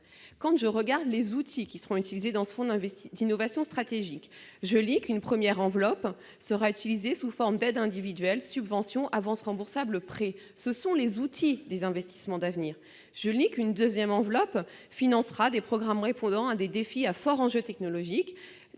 Quand je regarde les outils destinés à mettre en oeuvre le fonds d'innovation stratégique, j'observe qu'une première enveloppe sera utilisée sous forme d'aides individuelles- subventions, avances remboursables ou prêts. Ce sont les outils des investissements d'avenir ! Je lis qu'une seconde enveloppe financera des programmes répondant à des défis à fort enjeu technologique